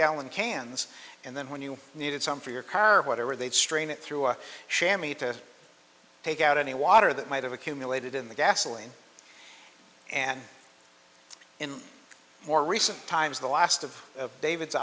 gallon cans and then when you needed some for your car or whatever they'd strain it through a shammy to take out any water that might have accumulated in the gasoline and in more recent times the last of of davi